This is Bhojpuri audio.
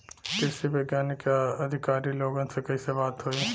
कृषि वैज्ञानिक या अधिकारी लोगन से कैसे बात होई?